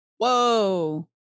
Whoa